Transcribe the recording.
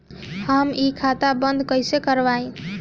हम इ खाता बंद कइसे करवाई?